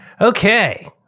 Okay